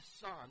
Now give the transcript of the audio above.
Son